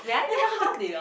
then he helped me to c~